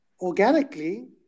organically